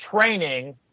training